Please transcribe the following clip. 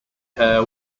hair